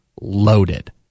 loaded